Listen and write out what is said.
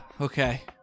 okay